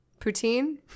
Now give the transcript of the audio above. Poutine